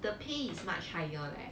the pay is much higher leh